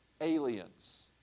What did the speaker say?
aliens